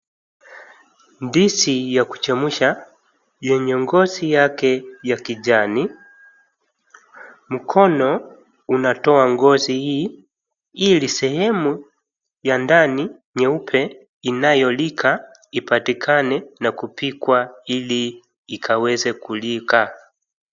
Ndizi ya kuchemsha yenye ngozi ya kijani. Mkono unatoa ngozi hii ili sehemu ya ndani nyeupe inayolika ipatikane na kupikwa ili ikaweza kulika.